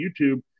YouTube